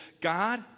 God